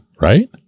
Right